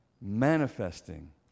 manifesting